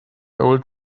old